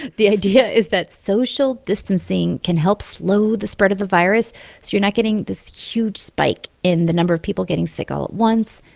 the idea is that social distancing can help slow the spread of the virus so you're not getting this huge spike in the number of people getting sick all at once.